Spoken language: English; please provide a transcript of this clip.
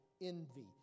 envy